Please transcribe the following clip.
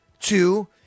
two